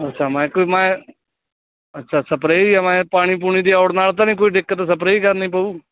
ਅੱਛਾ ਮੈਂ ਕੋਈ ਮੈਂ ਅੱਛਾ ਸਪਰੇ ਹੀ ਆ ਮੈਂਹ ਪਾਣੀ ਪੂਣੀ ਦੇ ਔੜ ਨਾਲ ਤਾਂ ਨਹੀਂ ਕੋਈ ਦਿੱਕਤ ਸਪਰੇ ਕਰਨੀ ਪਊ